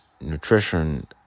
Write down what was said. nutrition